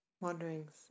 Wanderings